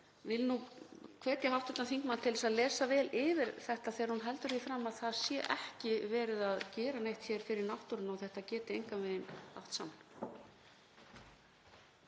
vil því hvetja hv. þingmann til að lesa vel yfir þetta þegar hún heldur því fram að það sé ekki verið að gera neitt hér fyrir náttúruna og að þetta geti engan veginn átt saman.